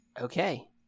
okay